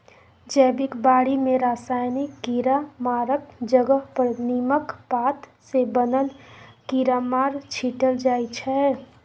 जैबिक बारी मे रासायनिक कीरामारक जगह पर नीमक पात सँ बनल कीरामार छीटल जाइ छै